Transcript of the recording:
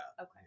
Okay